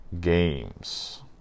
games